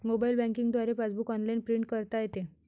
mobile banking द्वारे passbook online print करता येते